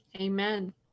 Amen